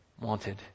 wanted